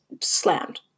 slammed